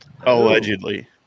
Allegedly